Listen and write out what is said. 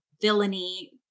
villainy